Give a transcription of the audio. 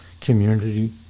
community